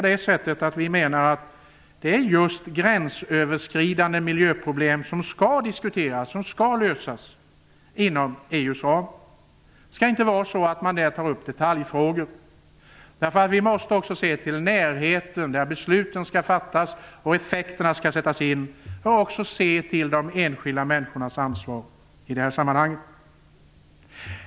Det är just gränsöverskridande miljöproblem som skall diskuteras och lösas inom EU:s ram. Man kan inte där ta upp detaljfrågor. Vi måste se till närheten där besluten skall fattas och åtgärder sättas in och också se till de enskilda människornas ansvar.